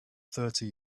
thirty